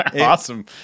Awesome